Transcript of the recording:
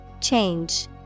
Change